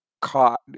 Caught